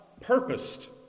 purposed